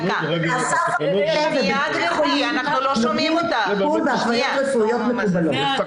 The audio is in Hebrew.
אסף הרופא --- בהתוויות רפואיות מקובלות.